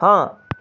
ਹਾਂ